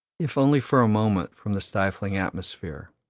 if only for a moment, from the stifling atmosphere.